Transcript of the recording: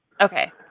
Okay